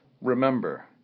Remember